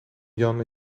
jan